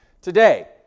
today